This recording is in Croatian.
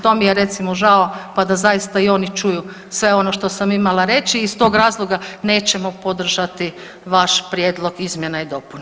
To mi je recimo, žao pa da zaista i oni čuju sve ono što sam imala reći i iz tog razloga nećemo podržati vaš prijedlog izmjena i dopuna.